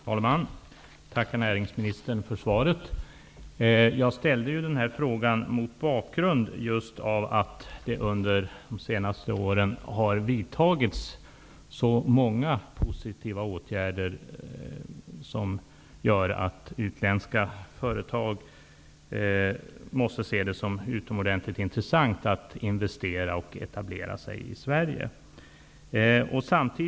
Herr talman! Jag tackar näringsministern för svaret. Jag ställde denna fråga mot bakgrund av att det under de senaste åren har vidtagits så många positiva åtgärder som gör att utländska företag måste se det som utomordentligt intressant att investera och etablera sig i Sverige.